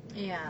ya